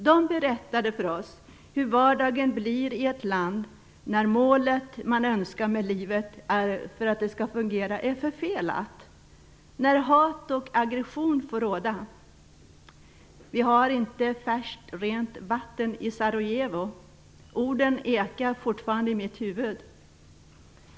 De berättade för oss hur vardagen blir i ett land där det mål man måste ha för att livet skall fungera är förfelat och när hat och aggression får råda. "Vi har inte färskt rent vatten i Sarajevo." Orden ekar fortfarande i mitt huvud.